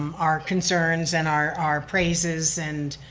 um our concerns and our our praises and